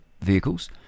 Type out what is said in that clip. vehicles